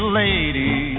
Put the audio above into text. lady